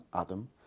Adam